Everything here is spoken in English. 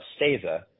STAZA